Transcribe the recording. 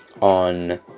on